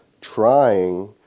trying